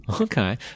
Okay